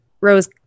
Rose